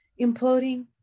Imploding